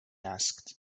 asked